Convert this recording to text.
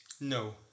No